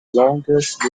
longest